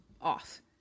off